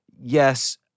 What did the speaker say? yes